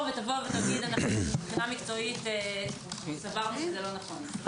ותגיד: מבחינת מקצועית סברנו שזה לא נכון.